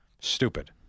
Stupid